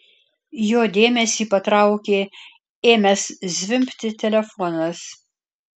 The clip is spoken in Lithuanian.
jo dėmesį patraukė ėmęs zvimbti telefonas